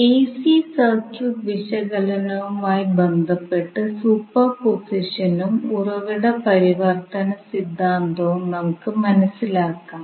AC circuit വിശകലനവുമായി ബന്ധപ്പെട്ട് സൂപ്പർപോസിഷനും ഉറവിട പരിവർത്തന സിദ്ധാന്തവും നമുക്ക് മനസിലാക്കാം